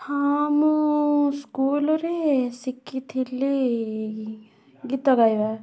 ହଁ ମୁଁ ସ୍କୁଲ୍ରେ ଶିଖିଥିଲି ଗୀତ ଗାଇବା